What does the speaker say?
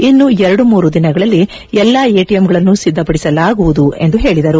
ಇನ್ನು ಎರಡು ಮೂರು ದಿನಗಳಲ್ಲಿ ಎಲ್ಲಾ ಎಟಿಎಂಗಳನ್ನು ಸಿದ್ಧಪಡಿಸಲಾಗುವುದು ಎಂದು ಹೇಳಿದರು